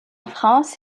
france